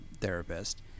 therapist